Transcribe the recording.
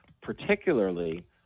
particularly